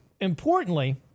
importantly